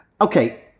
Okay